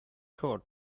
coat